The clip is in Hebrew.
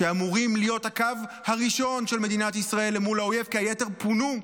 שאמורים להיות הקו הראשון של מדינת ישראל למול האויב כי היתר פונו,